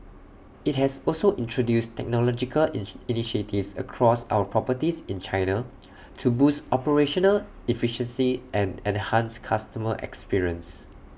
IT has also introduced technological initiatives across our properties in China to boost operational efficiency and enhance customer experience